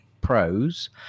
Pros